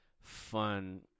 fun